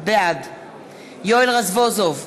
בעד יואל רזבוזוב,